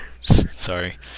Sorry